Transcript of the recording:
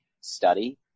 study